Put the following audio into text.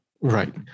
Right